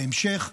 בהמשך,